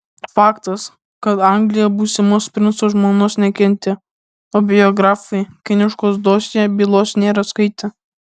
faktas kad anglija būsimos princo žmonos nekentė o biografai kiniškos dosjė bylos nėra skaitę